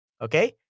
okay